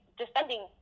defending